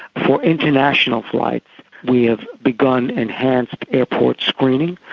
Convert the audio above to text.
for international flights we have begun enhanced airport screening.